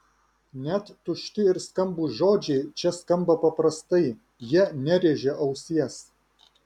net tušti ir skambūs žodžiai čia skamba paprastai jie nerėžia ausies